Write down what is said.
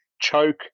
Choke